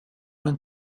when